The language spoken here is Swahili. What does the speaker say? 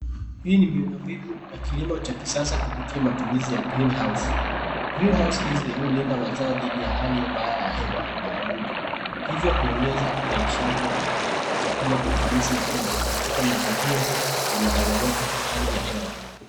Hii ni miundimbinu ya kilimo cha kisasa kupitia matumizi ya greenhouse . Greenhouse hizi hulinda mazao dhidi ya hali mbaya ya hewa na wadudu hivyo huongeza uzalishaji wa chakula kwa ufanisi mkubwa katika mazingira yenye changamoto za hali ya hewa.